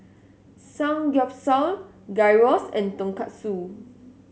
Samgyeopsal Gyros and Tonkatsu